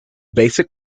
basic